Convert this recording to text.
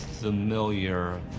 familiar